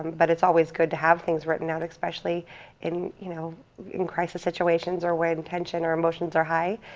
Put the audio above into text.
but it's always good to have things written out especially in you know in crisis situations or when tension or emotions are high,